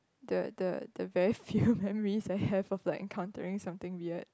the the the very few memories I have of like encountering something weird